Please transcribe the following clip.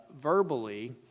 verbally